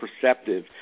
perceptive